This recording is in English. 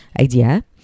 idea